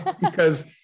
because-